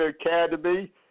Academy